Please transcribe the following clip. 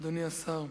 אדוני השר.